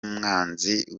mwanzi